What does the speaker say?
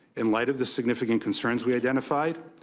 in light of the significant concerns we identified,